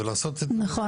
ולעשות --- נכון.